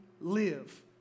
live